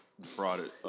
defrauded